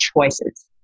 choices